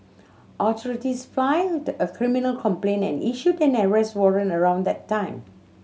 authorities filed a criminal complaint and issued an arrest warrant around that time